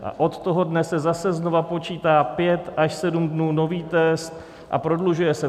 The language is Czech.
A od toho dne se zase znova počítá pět až sedm dnů nový test a prodlužuje se to.